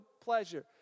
pleasure